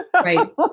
right